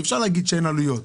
אי אפשר להגיד שאין עלויות.